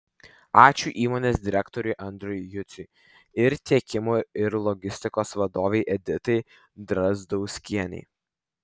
ačiū įmonės direktoriui andriui juciui ir tiekimo ir logistikos vadovei editai drazdauskienei